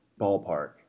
ballpark